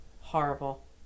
horrible